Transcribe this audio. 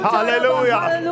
Hallelujah